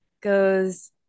goes